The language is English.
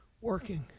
working